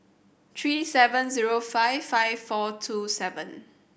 three seven zero five five four two seven